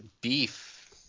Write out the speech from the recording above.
Beef